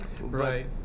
Right